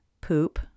poop